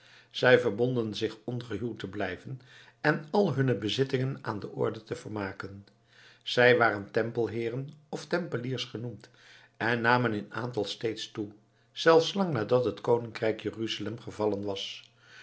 zij verbonden zich ongehuwd te blijven en al hunne bezittingen aan de orde te vermaken zij werden tempelheeren of tempeliers genoemd en namen in aantal steeds toe zelfs lang nadat het koninkrijk jeruzalem gevallen was